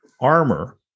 armor